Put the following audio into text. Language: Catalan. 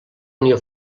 unió